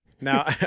Now